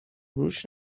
روش